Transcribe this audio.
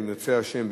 אם ירצה השם,